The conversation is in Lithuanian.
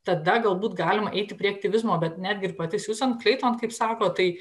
tada galbūt galima eiti prie aktyvizmo bet netgi pati siuzan kleiton kaip sako tai